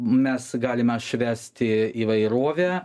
mes galime švęsti įvairovę